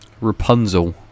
Rapunzel